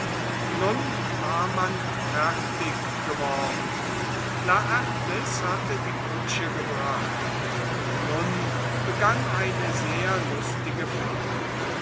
nun war man fertig geworden laertes hatte die kutsche gebracht und nun begann eine sehr lustige fahrt